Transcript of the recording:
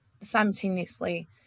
simultaneously